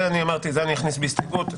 אכניס בהסתייגות.